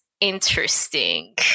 interesting